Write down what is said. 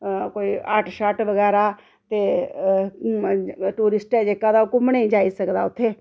कोई हट शट बगैरा ते टूरिस्ट ऐ जेह्का ते ओह् घूमने गी जाई सकदा उत्थे